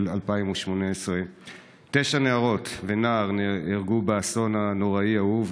2018. תשע נערות ונער נהרגו באסון הנוראי ההוא,